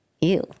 Ew